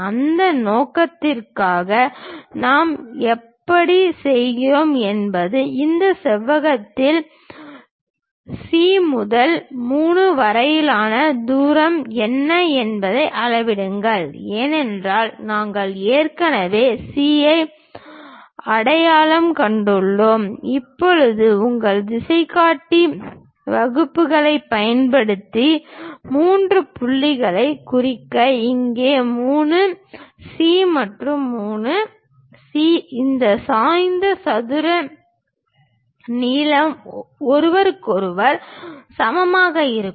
அந்த நோக்கத்திற்காக நாம் எப்படி செய்கிறோம் என்பது இந்த செவ்வகத்தில் C முதல் 3 வரையிலான தூரம் என்ன என்பதை அளவிடுங்கள் ஏனென்றால் நாங்கள் ஏற்கனவே C ஐ அடையாளம் கண்டுள்ளோம் இப்போது உங்கள் திசைகாட்டி வகுப்பிகளைப் பயன்படுத்தி மூன்று புள்ளிகளைக் குறிக்க இங்கே 3 C மற்றும் 3 C இந்த சாய்ந்த சதுரத்தில் ஒருவருக்கொருவர் சமமாக இருக்கும்